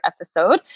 episode